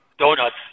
Donuts